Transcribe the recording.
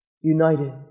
united